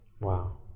Wow